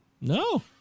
no